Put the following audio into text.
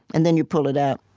and then you pull it out.